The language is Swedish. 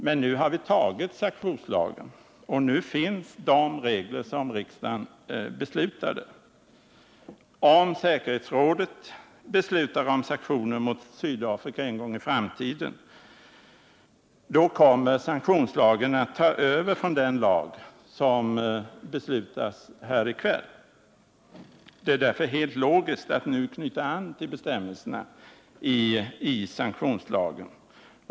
Men nu har vi antagit sanktionslagen, och nu finns de regler som riksdagen beslutade om. Om säkerhetsrådet en gång i framtiden beslutar om sanktioner mot Sydafrika, kommer sanktionslagen att ta över från den lag som vi i kväll fattar beslut om. Det är därför helt logiskt att nu knyta an till bestämmelserna i sanktionslagen.